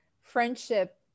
friendship